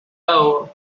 tower